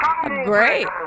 Great